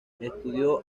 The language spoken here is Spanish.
estudió